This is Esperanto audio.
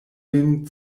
vin